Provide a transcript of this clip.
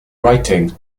writing